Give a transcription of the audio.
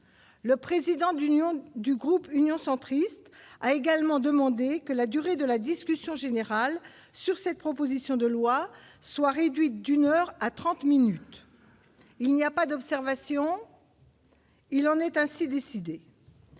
le président d'union du groupe Union centriste a également demandé que la durée de la discussion générale sur cette proposition de loi soit réduite d'une heure à 30 minutes il n'y a pas d'observation. Il en est ainsi décidé.